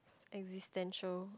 existential